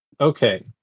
Okay